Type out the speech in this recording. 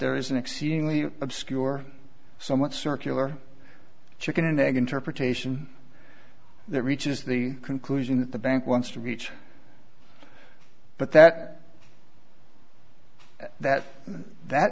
there is an exceedingly obscure somewhat circular chicken and egg interpretation that reaches the conclusion that the bank wants to reach but that that that